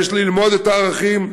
יש ללמוד את הערכים,